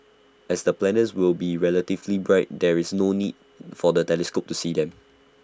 as the planets will be relatively bright there is no need for the telescope to see them